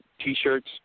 T-shirts